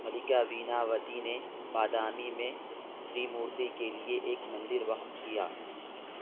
ملکہ ویناوتی نے بادامی میں تریمورتی کے لیے ایک مندر وقف کیا